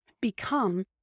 become